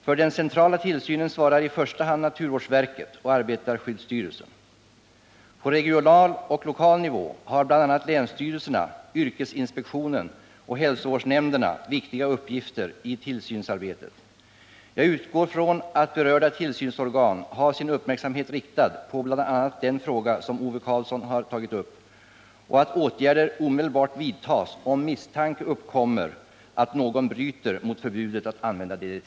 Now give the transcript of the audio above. För den centrala tillsynen svarar i första hand naturvårdsverket, yrkesinspektionen och arbetarskyddsstyrelsen. På regional och lokal nivå har bl.a. länsstyrelserna och hälsovårdsnämnderna viktiga uppgifter i tillsynsarbetet. Jag utgår från att berörda tillsynsorgan har sin uppmärksamhet riktad på bl.a. den fråga som Ove Karlsson har tagit upp och att åtgärder omedelbart vidtas om misstanke uppkommer om att någon bryter mot förbudet att använda DDT.